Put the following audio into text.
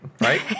right